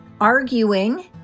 arguing